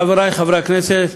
חברי חברי הכנסת,